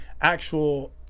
actual